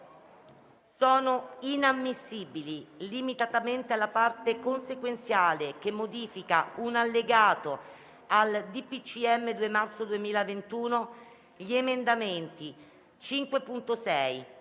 Sono inammissibili, limitatamente alla parte consequenziale che modifica un allegato al DPCM del 2 marzo 2021, gli emendamenti 5.6,